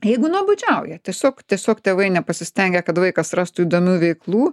jeigu nuobodžiauja tiesiog tiesiog tėvai nepasistengia kad vaikas rastų įdomių veiklų